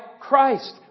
Christ